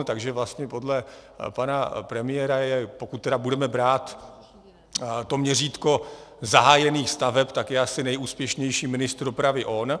Takže vlastně podle pana premiéra, pokud tedy budeme brát to měřítko zahájených staveb, tak je asi nejúspěšnější ministr dopravy on.